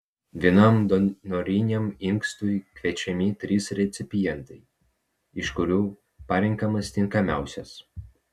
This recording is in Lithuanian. vienam donoriniam inkstui kviečiami trys recipientai iš kurių parenkamas tinkamiausias